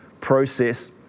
process